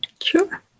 Sure